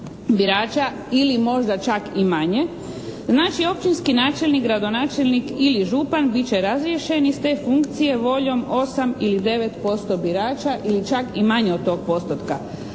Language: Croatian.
birača ili možda čak i manje. Znači općinski načelnik, gradonačelnik ili župan bit će razriješeni s te funkcije voljom 8 ili 9% birača ili čak i manje od tog postotka,